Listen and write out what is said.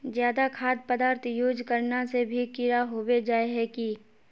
ज्यादा खाद पदार्थ यूज करना से भी कीड़ा होबे जाए है की?